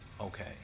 Okay